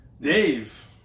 Dave